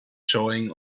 showing